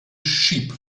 sheep